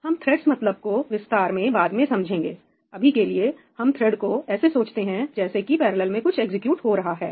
हम थ्रेड्स मतलब को विस्तार में बाद में समझेंगे अभी के लिए हम थ्रेड को ऐसे सोचते हैं जैसे कि पैरेलल में कुछ एग्जीक्यूट हो रहा है